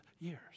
years